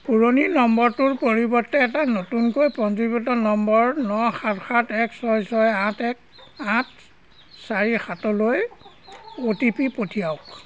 পুৰণি নম্বৰটোৰ পৰিৱৰ্তে এটা নতুনকৈ পঞ্জীভুক্ত নম্বৰ ন সাত সাত এক ছয় ছয় আঠ এক আঠ চাৰি সাতলৈ অ' টি পি পঠিয়াওক